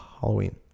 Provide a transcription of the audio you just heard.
Halloween